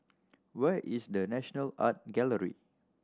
where is The National Art Gallery